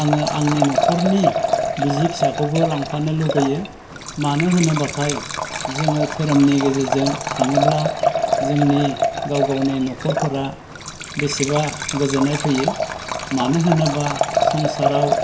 आङो आंनि न'खरनि बिसि फिसाखौबो लांफानो लुगैयो मानो होनोब्लाथाय जोङो धोरोमनि गेजेरजों थाङोब्ला जोंनि गाव गावनि न'खरफोरा बेसेबा गोजोननाय फैयो मानो होनोब्ला संसाराव